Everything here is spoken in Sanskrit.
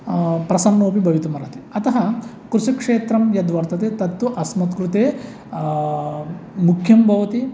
प्रसन्नोऽपि भवितुमर्हति अतः कृषिक्षेत्रं यद्वर्तते तत्तु अस्मत्कृते मुख्यं भवति